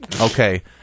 okay